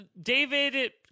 David